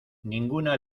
ninguna